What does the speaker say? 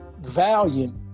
valiant